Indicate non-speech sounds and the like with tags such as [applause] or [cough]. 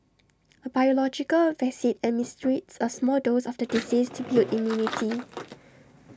A biological vaccine administers A small dose [noise] of the disease to build immunity